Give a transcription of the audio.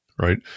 right